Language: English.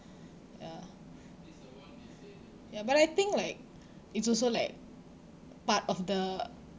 ya ya but I think like it's also like part of the